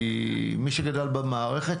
כי מי שגדל במערכת,